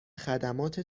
خدمات